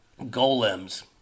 golems